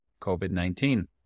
COVID-19